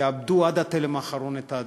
יעבדו עד התלם האחרון את האדמה,